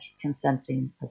consenting